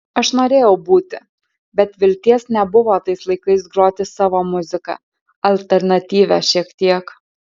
aš norėjau būti bet vilties nebuvo tais laikais groti savo muziką alternatyvią šiek tiek